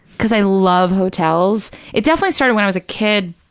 because i love hotels. it definitely started when i was a kid.